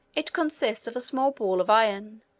it consists of a small ball of iron,